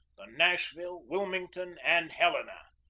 the nashville, wilmington, and hel ena,